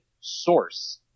source